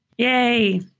Yay